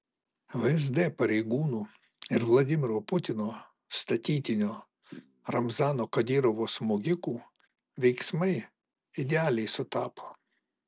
vsd pareigūnų ir vladimiro putino statytinio ramzano kadyrovo smogikų veiksmai idealiai sutapo